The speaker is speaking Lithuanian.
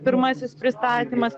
pirmasis pristatymas